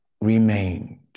remained